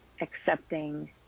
accepting